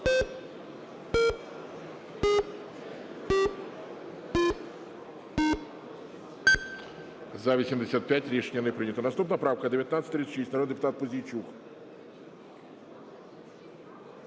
За-80 Рішення не прийнято. Наступна правка 1960. Народний депутат Мороз.